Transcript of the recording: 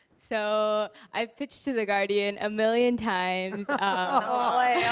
so i've pitched to the guardian a million times. ah